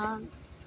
हँ